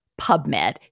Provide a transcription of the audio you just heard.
PubMed